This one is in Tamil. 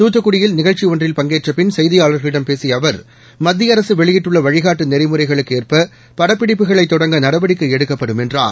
துத்துக்குடியில் நிகழ்ச்சி ஒன்றில் பங்கேற்ற பின் செய்தியாளர்களிடம் பேசிய அவர் மத்திய அரசு வெளியிட்டுள்ள வழிகாட்டு நெறிமுறைகளுக்கு ஏற்ப படப்பிடிப்புகளை தொடங்க நடவடிக்கை எடுக்கப்படும் என்றார்